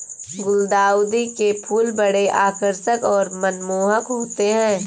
गुलदाउदी के फूल बड़े आकर्षक और मनमोहक होते हैं